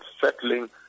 settling